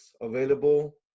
available